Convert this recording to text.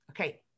Okay